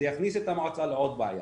זה יכניס את המועצה לעוד בעיה.